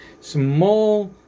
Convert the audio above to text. small